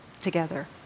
together